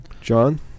John